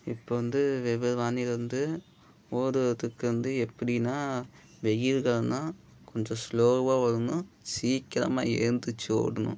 இப்போ வந்து வெவ்வேறு வானிலை வந்து ஓடுவதற்கு வந்து எப்படின்னா வெயில் காலம் தான் கொஞ்சம் ஸ்லோவாக ஓடணும் சீக்கிரமாக எழுந்திரிச்சி ஓடணும்